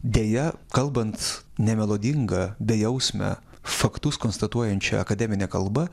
deja kalbant nemelodinga bejausme faktus konstatuojančia akademine kalba